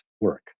work